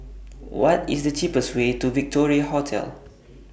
What IS The cheapest Way to Victoria Hotel